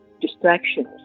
distractions